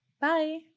Bye